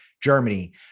Germany